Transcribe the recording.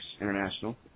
International